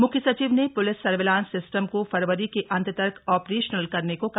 मुख्य सचिव ने प्लिस सर्विलांस सिस्टम को फरवरी के अंत तक ऑपरेशनल करने को कहा